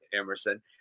Emerson